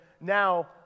now